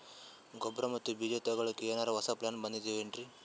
ಗೊಬ್ಬರ ಮತ್ತ ಬೀಜ ತೊಗೊಲಿಕ್ಕ ಎನರೆ ಹೊಸಾ ಪ್ಲಾನ ಬಂದಾವೆನ್ರಿ?